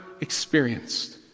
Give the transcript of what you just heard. experienced